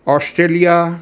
Australia